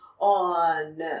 on